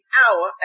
hour